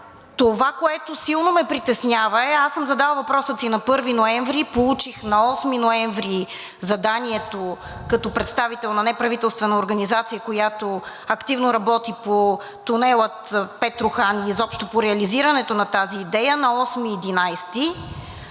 Това, което силно ме притеснява, е – аз съм задала въпроса си на 1 ноември, а получих на 8 ноември заданието като представител на неправителствена организация, която активно работи по тунела Петрохан и изобщо по реализирането на тази идея. Заданието